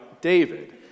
David